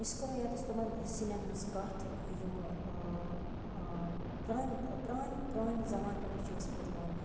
أسۍ کَرو ییٚتَس تِمَن سِنیٚن ہٕنٛز کتھ یِم پرٲنۍ پرٲنۍ پرٲنۍ زَمانہٕ پیٚٹھے چھِ ٲسۍمٕتۍ یِوان